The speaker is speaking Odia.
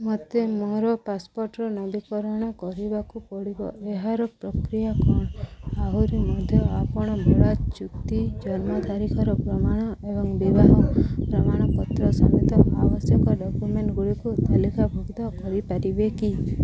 ମୋତେ ମୋର ପାସପୋର୍ଟ୍ର ନବୀକରଣ କରିବାକୁ ପଡ଼ିବ ଏହାର ପ୍ରକ୍ରିୟା କ'ଣ ଆହୁରି ମଧ୍ୟ ଆପଣ ଭଡ଼ା ଚୁକ୍ତି ଜନ୍ମ ତାରିଖର ପ୍ରମାଣ ଏବଂ ବିବାହ ପ୍ରମାଣପତ୍ର ସମେତ ଆବଶ୍ୟକ ଡକ୍ୟୁମେଣ୍ଟ୍ଗୁଡ଼ିକୁ ତାଲିକାଭୁକ୍ତ କରିପାରିବେ କି